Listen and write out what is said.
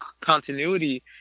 continuity